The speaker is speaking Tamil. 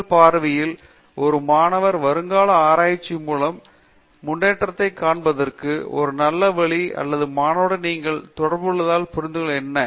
உங்கள் பார்வையில் ஒரு மாணவர் வருங்கால ஆராய்ச்சி மூலம் முன்னேற்றத்தைக் காண்பதற்கு ஒரு நல்ல வழி அல்லது மாணவனுடன் நீங்கள் தொடர்புகொள்வதால் தெரிந்துகொள்வது என்ன